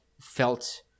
felt